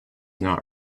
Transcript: not